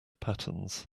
patterns